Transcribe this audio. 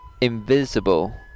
invisible